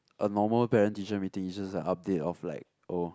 a normal parent teacher meeting is just a update of like oh